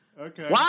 Okay